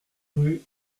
rue